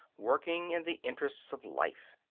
working in the interests of life.